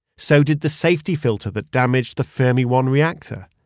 so did the safety filter that damaged the fermi one reactor.